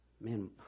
Man